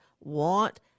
want